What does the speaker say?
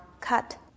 cut